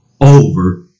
over